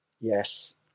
Yes